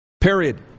Period